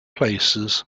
places